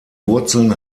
wurzeln